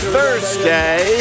Thursday